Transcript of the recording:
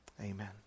Amen